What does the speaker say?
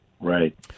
right